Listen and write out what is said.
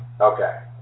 Okay